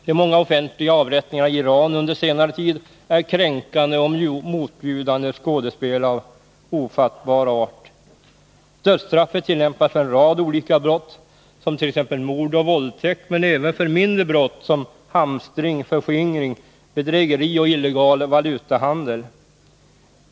De många offentliga avrättningarna i Iran under senare tid är kränkande, motbjudande, ja, ofattbara skådespel. Dödsstraffet tillämpas för en rad olika brott, t.ex. mord och våldtäkt, men även för mindre brott som hamstring, förskingring, bedrägeri och illegal valutahandel.